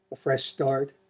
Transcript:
a fresh start,